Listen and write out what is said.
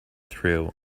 through